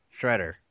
Shredder